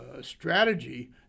strategy